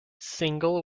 single